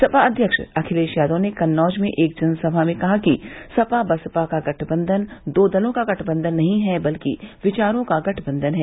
सपा अध्यक्ष अखिलेश यादव ने कन्नौज में एक जनसभा में कहा कि सपा बसपा का गठबंधन दो दलों का गठबंधन नहीं है बल्कि विचारों का गठबंधन है